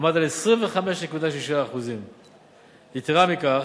עמד על 25.6%. יתירה מכך,